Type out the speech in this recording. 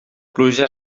pluja